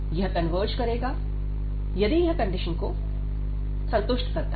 यह कन्वर्ज करेगा यदि यह कंडीशन संतुष्ट होती हैं